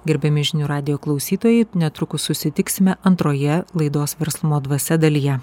gerbiami žinių radijo klausytojai netrukus susitiksime antroje laidos verslumo dvasia dalyje